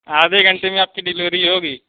آدھے گھنٹے میں آپ کی ڈیلیوری ہوگی